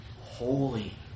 holy